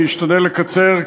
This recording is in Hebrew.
אני אשתדל לקצר,